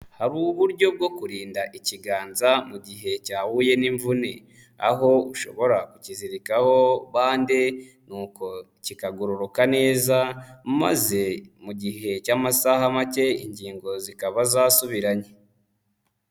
Hari uburyo bwo kurinda ikiganza mu gihe cyahuye n'imvune, aho ushobora kukizirikaho bande nuko kikagororoka neza, maze mu gihe cy'amasaha make ingingo zikaba zasubiranye.